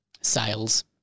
sales